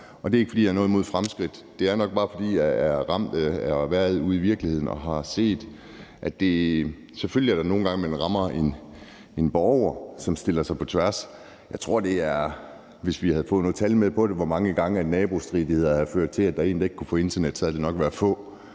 Det er ikke, fordi jeg har noget imod fremskridt; det er nok bare, fordi jeg er ramt af at have været ude i virkeligheden og have set det. Selvfølgelig er der nogle gange, man rammer en borger, som stiller sig på tværs, men jeg tror, at hvis vi havde fået nogle tal med for, hvor mange gange nabostridigheder havde ført til, at der var en, der ikke kunne få internet, så havde det nok vist sig